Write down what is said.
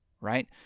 right